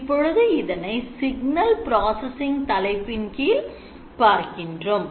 இப்பொழுது இதனை signal processing தலைப்பின் கீழ் பார்க்கின்றோம்